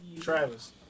Travis